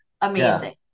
amazing